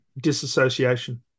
disassociation